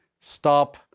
stop